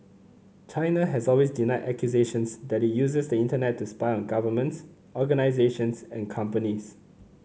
China has always denied accusations that it uses the Internet to spy on governments organisations and companies